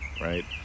right